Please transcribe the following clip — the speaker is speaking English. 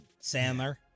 Sandler